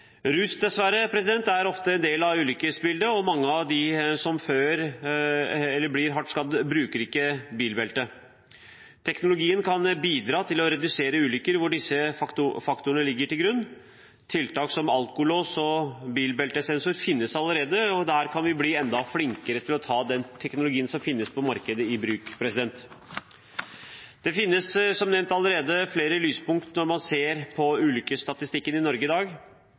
Rus er dessverre ofte en del av ulykkesbildet, og mange av dem som blir hardt skadd, bruker ikke bilbelte. Teknologien kan bidra til å redusere ulykker hvor disse faktorene ligger til grunn. Tiltak som alkolås og bilbeltesensor finnes allerede, og vi kan bli enda flinkere til å ta den teknologien som finnes på markedet, i bruk. Det finnes, som nevnt, allerede flere lyspunkter når man ser på ulykkesstatistikkene i Norge i dag.